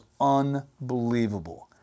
unbelievable